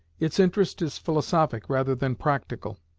its interest is philosophic rather than practical.